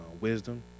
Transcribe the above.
wisdom